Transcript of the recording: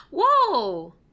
Whoa